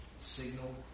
signal